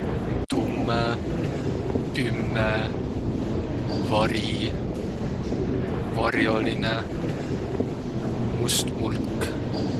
Tummõ, pümme, vari, var'olinõ, must mulk.